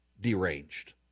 deranged